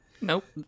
Nope